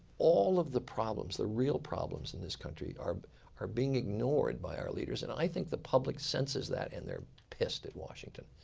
all of the problems, the real problems in this country, are being ignored by our leaders. and i think the public senses that and they're pissed at washington.